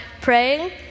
praying